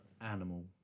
animal